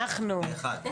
פה